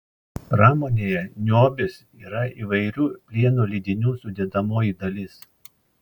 pramonėje niobis yra įvairių plieno lydinių sudedamoji dalis